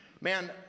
Man